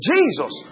Jesus